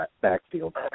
Backfield